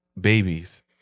babies